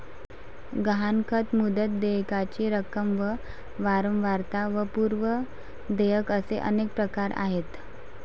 गहाणखत, मुदत, देयकाची रक्कम व वारंवारता व पूर्व देयक असे अनेक प्रकार आहेत